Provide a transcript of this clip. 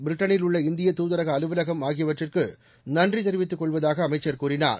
பிரிட்டனில் உள்ள இந்திய தூதரக அலுவலகம் ஆகியவற்றுக்கு நன்றி தெரிவித்துக் கொள்வதாக அமைச்சர் கூறினார்